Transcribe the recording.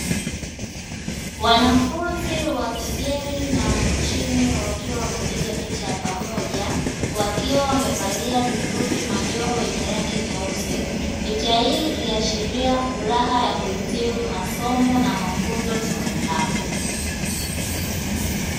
Wanafunzi wa kigeni na wa nchini wakiwa wanapiga picha ya pamoja wakiwa wamevalia vizuri majoho yenye rangi nyeusi, picha hii ikiashiria furaha ya kuhitimu masoma na mafunzo chuoni hapo.